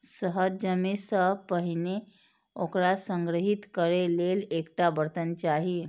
शहद जमै सं पहिने ओकरा संग्रहीत करै लेल एकटा बर्तन चाही